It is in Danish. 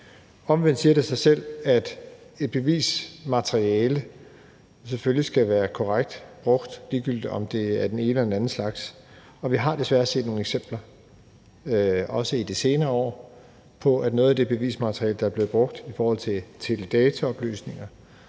Omvendt siger det sig selv, at et bevismateriale selvfølgelig skal være korrekt brugt, ligegyldigt om det er den ene eller den anden slags. Og vi har desværre set nogle eksempler, også i de senere år, på, at noget af det bevismateriale, der er blevet brugt i forhold til teledataoplysninger